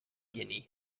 guinea